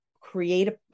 create